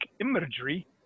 imagery